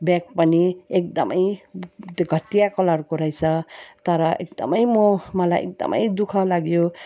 bag पनि एकदमै त्यो घटिया कलरको रहेछ तर एकदमै म मलाई एकदमै दुःख लाग्यो